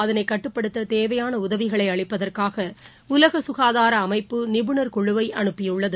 அதனைகட்டுப்படுத்ததேவையானஉதவிகளைஅளிப்பதற்காகஉலகசுகாதாரஅமைப்பு நிபுணர் குழுவைஅனுப்பியுள்ளது